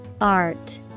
Art